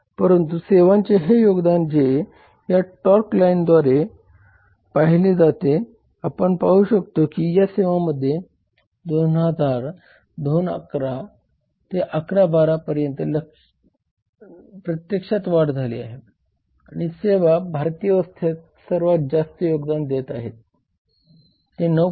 परंतु सेवांचे हे योगदान जे या टॉर्क लाइनद्वारे पाहिले जाते आपण पाहू शकतो की या सेवांमध्ये 2010 11 ते 2011 12 पर्यंत प्रत्यक्षात वाढ झाली आहे आणि सेवा भारतीय अर्थव्यवस्थेत सर्वात जास्त योगदान देत आहेत ते 9